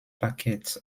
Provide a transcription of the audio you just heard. packets